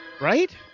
Right